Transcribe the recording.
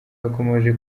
yakomoje